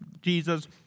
Jesus